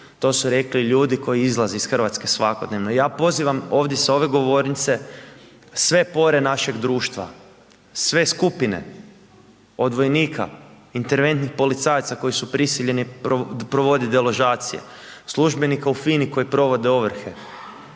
to su rekli ljudi koji izlaze iz RH svakodnevno. Ja pozivam ovdje s ove govornice sve pore našeg društva, sve skupine, od vojnika, interventnih policajaca koji su prisiljeni provodit deložacije, službenika u FINA-i koji provode ovrhe,